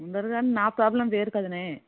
అందరు గానీ నా ప్రాబ్లం వేరు కదనే